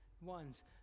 ones